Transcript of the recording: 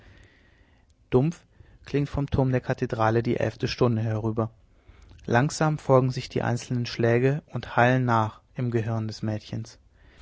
dumpf klingt vom turm der kathedrale die elfte stunde herüber langsam folgen sich die einzelnen schläge und hallen nach in dem gehirn des mädchens